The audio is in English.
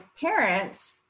parents